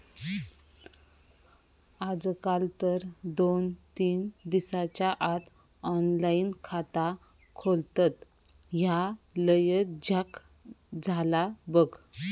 आजकाल तर दोन तीन दिसाच्या आत ऑनलाइन खाता खोलतत, ह्या लयच झ्याक झाला बघ